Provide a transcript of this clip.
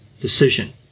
decision